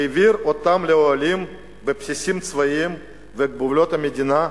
והעביר אותם לאוהלים בבסיסים צבאיים ובגבולות המדינה,